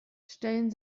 stellen